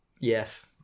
Yes